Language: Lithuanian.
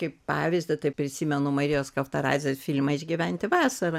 kaip pavyzdį prisimenu marijos kaftaradzės filmą išgyventi vasarą